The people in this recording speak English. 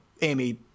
Amy